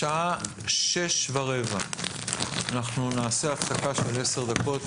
השעה 18:15. אנחנו נעשה הפסקה של עשר דקות.